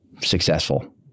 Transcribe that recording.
successful